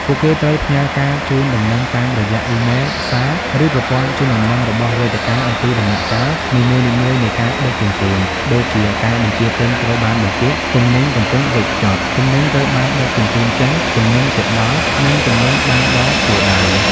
ពួកគេត្រូវផ្ញើការជូនដំណឹងតាមរយៈអ៊ីមែល សារ ឬប្រព័ន្ធជូនដំណឹងរបស់វេទិកាអំពីដំណាក់កាលនីមួយៗនៃការដឹកជញ្ជូន ដូចជា "ការបញ្ជាទិញត្រូវបានបញ្ជាក់" "ទំនិញកំពុងវេចខ្ចប់" "ទំនិញត្រូវបានដឹកជញ្ជូនចេញ" "ទំនិញជិតដល់" និង "ទំនិញបានដល់គោលដៅ"។